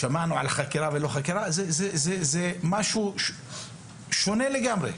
שמענו על חקירה ולא חקירה זה משהו שונה לגמרי.